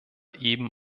eben